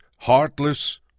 Heartless